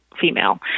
female